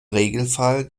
regelfall